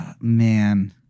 Man